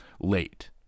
late